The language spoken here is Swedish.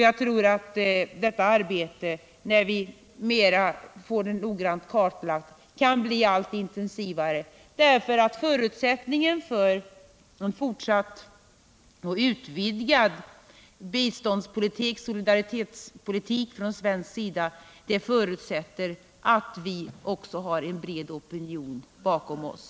Jag vet att detta arbete, då vi får det mera noggrant kartlagt, kan bli allt intensivare, därför att förutsättningen för en fortsatt och utvidgad biståndspolitik och solidaritetspolitik från svensk sida är att vi också har en bred opinion bakom oss.